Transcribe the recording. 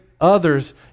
others